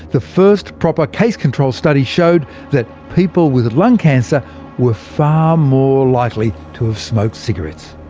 the first proper case-control study showed that people with lung cancer were far more likely to have smoked cigarettes.